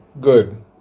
good